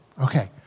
Okay